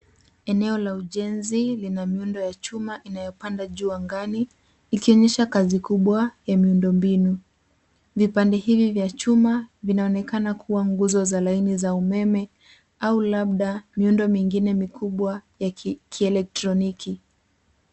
Eneo la ujenzi lina miundo ya chuma inayo panda juu angani ikionyesha kazi kubwa ya miundo mbinu. Vipande hivi vya chuma vinaonekana kuwa nguzo za laini ya umeme au labda miundo mingine mikubwa ya kielektroniki.